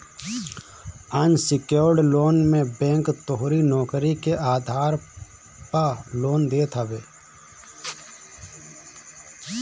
unsecured loan मे bank तोहरी नोकरी के आधार पअ लोन देत हवे